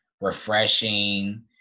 refreshing